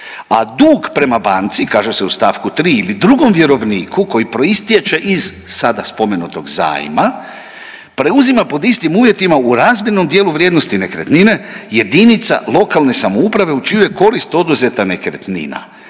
a dug prema banci kaže se u stavku 3. ili drugom vjerovniku koji proistječe iz sada spomenutog zajma preuzima pod istim uvjetima u razmjernom dijelu vrijednosti nekretnine jedinica lokalne samouprave u čiju je korist oduzeta nekretnina.